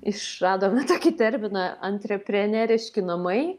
išradome tokį terminą antrepreneriški namai